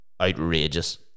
outrageous